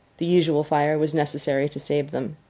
the usual fire was necessary to save them.